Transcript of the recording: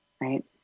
right